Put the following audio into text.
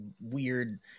weird